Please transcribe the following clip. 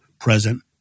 present